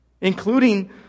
Including